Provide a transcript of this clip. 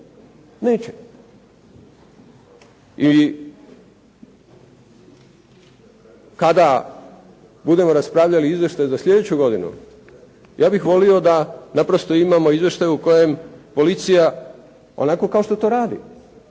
Neće. I kada budemo raspravljali o izvještaju za slijedeću godinu ja bih volio da naprosto imamo izvještaj u kojem policija onako kao što to radi,